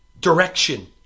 direction